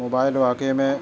mobile واقع میں